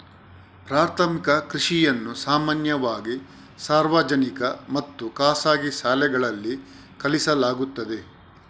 ಪ್ರಾಥಮಿಕ ಕೃಷಿಯನ್ನು ಸಾಮಾನ್ಯವಾಗಿ ಸಾರ್ವಜನಿಕ ಮತ್ತು ಖಾಸಗಿ ಶಾಲೆಗಳಲ್ಲಿ ಕಲಿಸಲಾಗುತ್ತದೆ